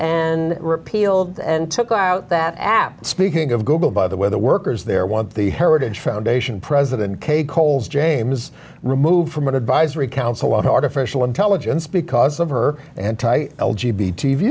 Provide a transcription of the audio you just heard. and repealed and took out that app speaking of google by the way the workers there want the heritage foundation president k coles james removed from an advisory council on artificial intelligence because of her anti